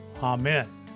Amen